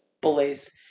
bullies